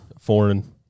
Foreign